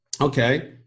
Okay